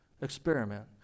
experiment